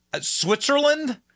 Switzerland